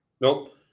Nope